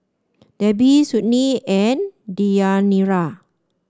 Debbi Sydnee and Deyanira